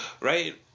right